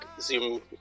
Zoom